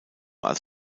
als